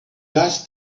gas